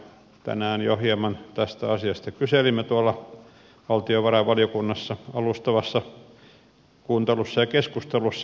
tänään jo hieman tästä asiasta kyselimme tuolla valtiovarainvaliokunnassa alustavassa kuuntelussa ja keskustelussa